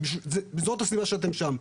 כי זאת הסיבה שאתם שם,